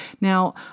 Now